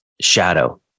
shadow